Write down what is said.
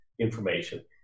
information